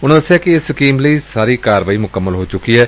ਉਨੂਾਂ ਦਸਿਆ ਕਿ ਇਸ ਸਕੀਮ ਲਈ ਸਾਰੀ ਕਾਰਵਾਈ ਮੁਕੰਮਲ ਹੋ ਚੁੱਕੀ ਏ